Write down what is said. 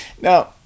Now